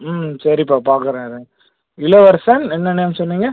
ம் சரிப்பா பார்க்குறேன் இளவரசன் என்ன நேம் சொன்னீங்க